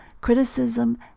criticism